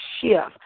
shift